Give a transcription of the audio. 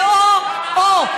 זה או או.